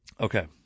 Okay